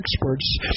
experts